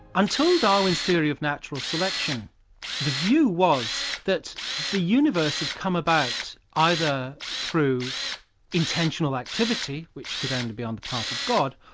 until darwin's theory of natural selection the view was that the universe had come about either through intentional activity, which could only be on the part of god,